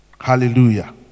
Hallelujah